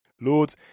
Lord